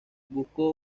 buscó